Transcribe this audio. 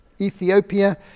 Ethiopia